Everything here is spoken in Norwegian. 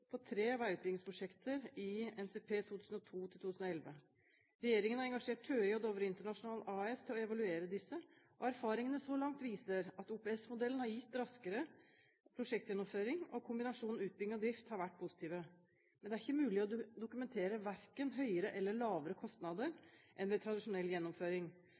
på tre veiutbyggingsprosjekter i NTP 2002–2011. Regjeringen har engasjert TØI og Dovre International AS til å evaluere disse, og erfaringene så langt viser at OPS-modellen har gitt raskere prosjektgjennomføring, og at kombinasjonen utbygging og drift har vært positiv. Men det er ikke mulig å dokumentere verken høyere eller lavere kostnader enn ved tradisjonell gjennomføring,